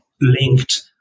linked